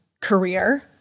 career